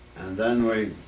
then we